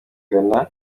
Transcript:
ghana